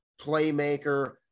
playmaker